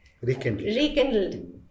rekindled